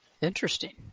Interesting